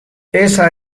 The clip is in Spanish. esa